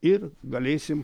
ir galėsim